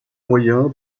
moyen